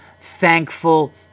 thankful